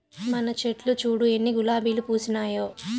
మన చెట్లు చూడు ఎన్ని గులాబీలు పూసినాయో